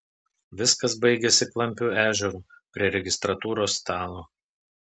viskas baigėsi klampiu ežeru prie registratūros stalo